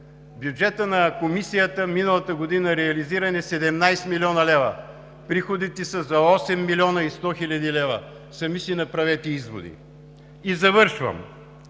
бюджетът на Комисията миналата година реализира 17 млн. лв., приходите са за 8 млн. и 100 хил. лв. Сами си направете изводи. И завършвам.